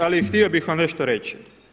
Ali htio bih vam nešto reći.